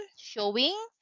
showing